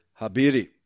Habiri